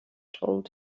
told